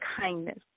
kindness